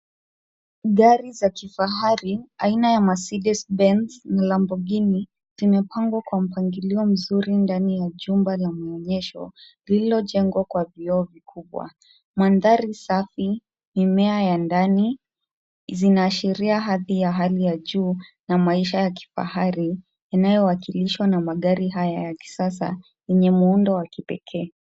Gari za kifahari aina ya Mercedes-Benz na Lamborghini, zimepangwa kwa mpangilio mzuri ndani ya jumba la maonyesho, lililo jengwa kwa vioo vikubwa. Mandhari safi, mimea ya ndani, zinaashiria hadhi ya hali ya juu na maisha ya kifahari yanayowakilishwa na magari haya ya kisasa yenye muundo wa kipekee.